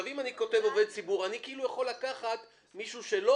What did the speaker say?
אם אני כותב "עובד ציבור" אני יכול לקחת מישהו שהוא לא